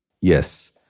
Yes